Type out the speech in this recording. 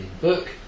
book